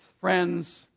friends